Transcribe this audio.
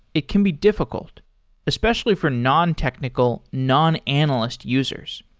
it can be difficult especially for nontechnical, non-analyst users.